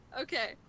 Okay